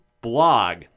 blog